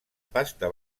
pasta